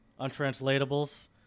untranslatables